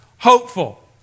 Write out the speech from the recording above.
Hopeful